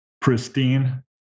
pristine